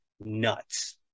nuts